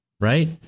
right